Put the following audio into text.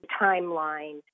timeline